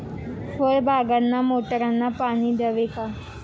फळबागांना मोटारने पाणी द्यावे का?